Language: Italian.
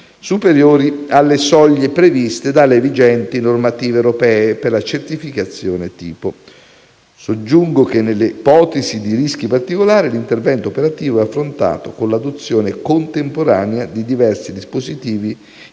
superiori alle soglie previste dalle vigenti normative europee per la certificazione tipo. Soggiungo che, nelle ipotesi di rischi particolari, l'intervento operativo è affrontato con l'adozione contemporanea di diversi dispositivi in dotazione,